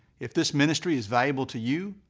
if this ministry is valuable to you,